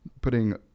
putting